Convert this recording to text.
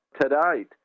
tonight